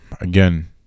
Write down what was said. again